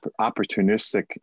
opportunistic